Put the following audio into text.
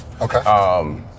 Okay